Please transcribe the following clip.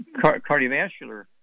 cardiovascular